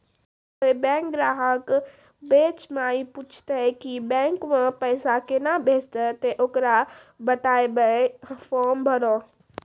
कोय बैंक ग्राहक बेंच माई पुछते की बैंक मे पेसा केना भेजेते ते ओकरा बताइबै फॉर्म भरो